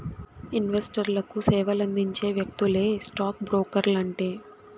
ఇన్వెస్టర్లకు సేవలందించే వ్యక్తులే స్టాక్ బ్రోకర్లంటే